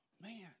man